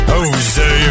Jose